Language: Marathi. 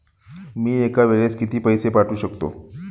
मी एका वेळेस किती पैसे पाठवू शकतो?